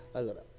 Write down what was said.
Allora